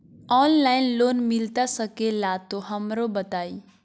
Online loan मिलता सके ला तो हमरो बताई?